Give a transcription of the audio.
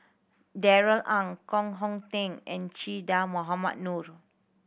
Darrell Ang Koh Hong Teng and Che Dah Mohamed Noor